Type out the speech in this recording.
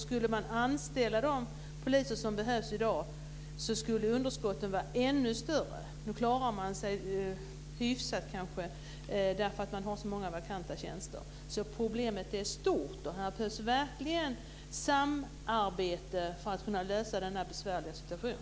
Skulle man anställa de poliser som behövs i dag skulle underskotten vara ännu större. Nu klarar man sig kanske hyfsat för att man har så många vakanser. Problemet är alltså stort. Det behövs verkligen samarbete för att man ska kunna lösa denna besvärliga situation.